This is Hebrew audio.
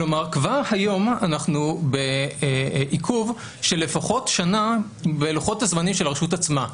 כלומר כבר היום אנחנו בעיכוב של לפחות שנה בלוחות הזמנים של הרשות עצמה.